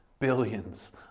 billions